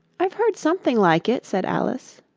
i've heard something like it said alice.